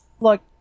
Look